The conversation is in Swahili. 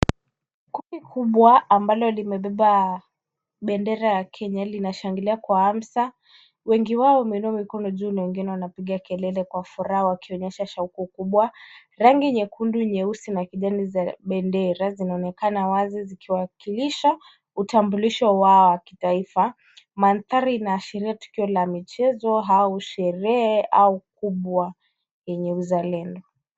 Kundi kubwa ambalo limebeba bendera ya Kenya linashangilia kwa hamsa. Wengi wao wameinua mikono juu na wengine wanapiga kelele kwa furaha wakionyesha shauku kubwa. Rangi nyekundu, nyeusi na kijani za bendera zinaonekana wazi zikiwakilisha utambulisho wao wa kitaifa. Mandhari inaashiria tukio la michezo au sherehe kubwa lenye uzalendo.